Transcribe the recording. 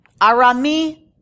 Arami